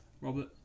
Robert